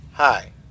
Hi